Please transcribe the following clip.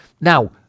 Now